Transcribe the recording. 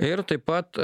ir taip pat